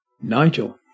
Nigel